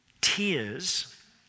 tears